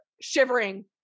shivering